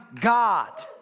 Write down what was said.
God